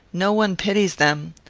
no one pities them.